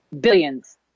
Billions